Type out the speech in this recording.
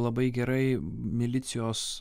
labai gerai milicijos